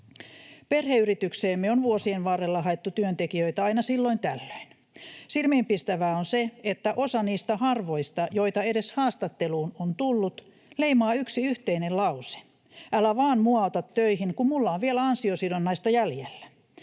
Perheyritykseemme on vuosien varrella haettu työntekijöitä aina silloin tällöin. Silmiinpistävää on se, että osa niistä harvoista, joita edes haastatteluun on tullut, leimaa yksi yhteinen lause: ”Älä vaan mua ota töihin, kun mulla on vielä ansiosidonnaista jäljellä.”